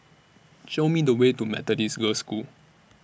Show Me The Way to Methodist Girls' School